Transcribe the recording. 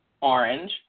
orange